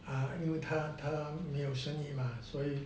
他他没有生育吗所以